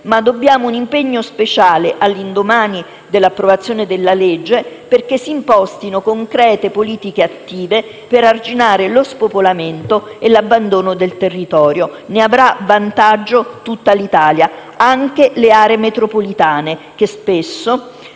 ma anche un impegno speciale, all'indomani dell'approvazione della legge, affinché si impostino concrete politiche attive per arginare lo spopolamento e l'abbandono del territorio. Ne avrà vantaggio tutta l'Italia, anche le aree metropolitane, che spesso